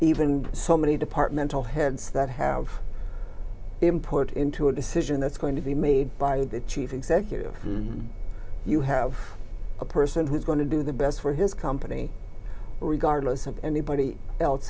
even so many departmental heads that have import into a decision that's going to be made by the chief executive you have a person who's going to do the best for his company regardless of anybody else